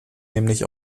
nämlich